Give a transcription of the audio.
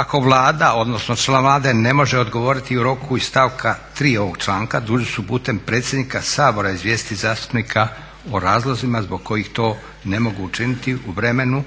Ako Vlada, odnosno član Vlade ne može odgovoriti u roku iz stavka 3. ovog članka dužni su putem predsjednika Sabora izvijestiti zastupnika o razlozima zbog kojih to ne mogu učiniti u vremenu